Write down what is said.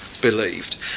believed